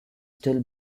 still